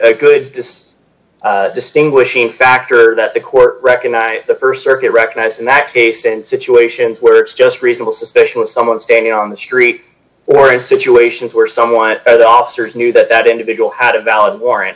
it good this distinguishing factor that the court recognized the st circuit recognized in that case in situations where it's just reasonable suspicion that someone standing on the street or in situations where someone the officers knew that individual had a valid warrant